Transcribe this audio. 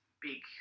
big